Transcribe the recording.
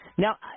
Now